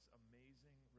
amazing